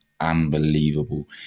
unbelievable